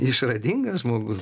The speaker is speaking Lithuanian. išradingas žmogus